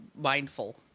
mindful